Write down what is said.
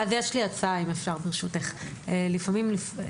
ברשותך, אם אפשר, יש לי הצעה.